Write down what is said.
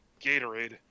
Gatorade